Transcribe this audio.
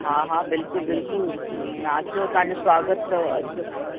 हा हा बिल्कुलु बिल्कुलु तव्हां अचो तव्हांजो स्वागतु अथव अचो